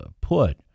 put